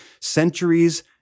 Centuries